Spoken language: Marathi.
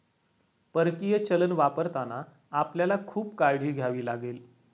परकीय चलन वापरताना आपल्याला खूप काळजी घ्यावी लागेल